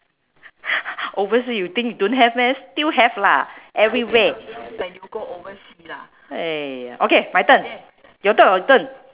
oversea you think don't have meh still have lah everywhere !aiya! okay my turn your turn or turn